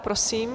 Prosím.